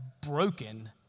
broken